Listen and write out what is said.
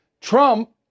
Trump